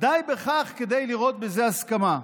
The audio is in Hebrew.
די בכך כדי לראות בזה הסכמה.